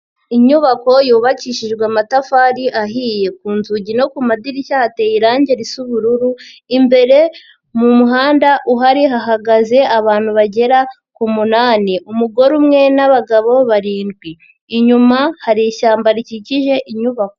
Inyubako yubakishijwe amatafari ahiye ku nzugi no ku madirishya hateye irangi risa ubururu imbere mu muhanda uhari hahagaze abantu bagera ku munani, umugore umwe n'abagabo barindwi inyuma hari ishyamba rikikije inyubako.